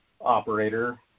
operator